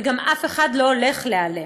וגם אף אחד לא הולך להיעלם.